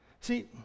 see